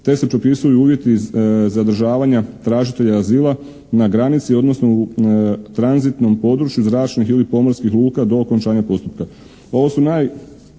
te se propisuju uvjeti zadržavanja tražitelja azila na granici odnosno u tranzitnom području zračnih ili pomorskih luka do okončanja postupka.